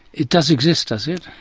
it does exist, does it?